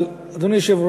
אבל, אדוני היושב-ראש,